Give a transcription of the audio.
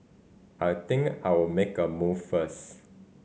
I think I'll make a move first